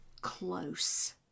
close